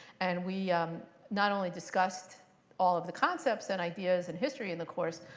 and we not only discussed all of the concepts and ideas and history in the course,